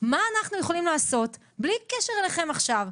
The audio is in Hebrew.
מה אנחנו יכולים לעשות בלי קשר אליכם עכשיו,